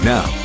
Now